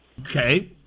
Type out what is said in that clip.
Okay